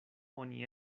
oni